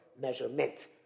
Measurement